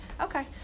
Okay